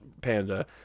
panda